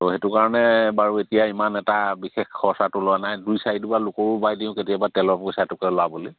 ত' সেইটো কাৰণে বাৰু এতিয়া ইমান এটা বিশেষ খৰচটো ওলোৱা নাই দুই চাৰি ডোবা লোকৰো বাই দিওঁ কেতিয়াবা তেলৰ পইচাটোকে ওলাবলৈ